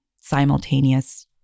simultaneous